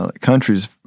countries